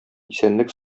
исәнлек